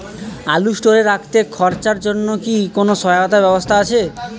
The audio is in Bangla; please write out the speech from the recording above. আলু স্টোরে রাখতে খরচার জন্যকি কোন সহায়তার ব্যবস্থা আছে?